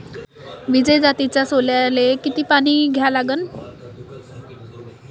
विजय जातीच्या सोल्याले किती पानी द्या लागन?